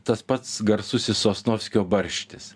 tas pats garsusis sosnovskio barštis